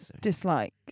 dislike